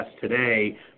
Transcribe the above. today